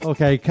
Okay